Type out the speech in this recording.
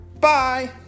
Bye